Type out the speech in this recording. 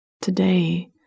Today